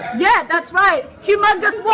yeah, that's right! humongous what!